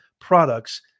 products